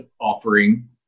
offering